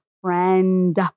friend